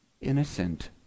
innocent